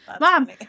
Mom